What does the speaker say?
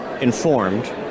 informed